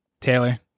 Taylor